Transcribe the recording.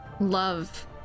love